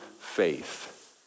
faith